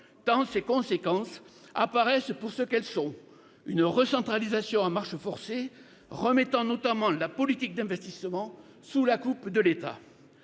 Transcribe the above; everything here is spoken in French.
tant ses conséquences apparaissent pour ce qu'elles sont : une recentralisation à marche forcée, remettant notamment la politique d'investissement sous la coupe de l'État.